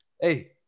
Hey